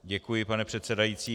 Děkuji, pane předsedající.